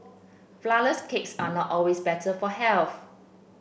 flourless cakes are not always better for health